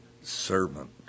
servant